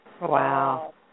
wow